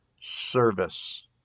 service